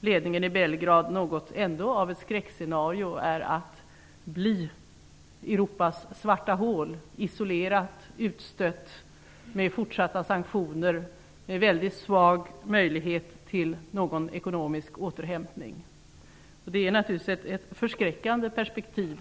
ledningen i Belgrad -- är att man blir Europas svarta hål, isolerad, utstött, med fortsatta sanktioner och med mycket svag möjlighet till ekonomisk återhämtning. Det är naturligtvis ett förskräckande perspektiv.